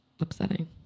upsetting